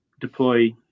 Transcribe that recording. deploy